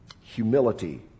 Humility